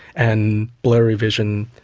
and blurry vision.